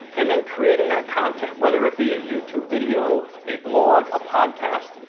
and then creating that content, whether it be a youtube video, a blog, a podcast,